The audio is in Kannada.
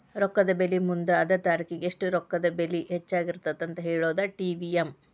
ರೊಕ್ಕದ ಬೆಲಿ ಮುಂದ ಅದ ತಾರಿಖಿಗಿ ಎಷ್ಟ ರೊಕ್ಕದ ಬೆಲಿ ಹೆಚ್ಚಾಗಿರತ್ತಂತ ಹೇಳುದಾ ಟಿ.ವಿ.ಎಂ